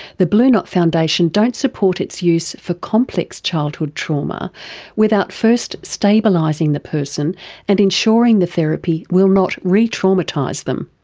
the blue knot foundation don't support its use for complex childhood trauma without first stabilising the person and ensuring the therapy will not re-traumatise them.